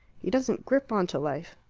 he doesn't grip on to life.